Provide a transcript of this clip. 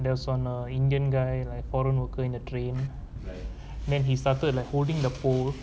there was one err indian guy like foreign worker in the train then he started like holding the pole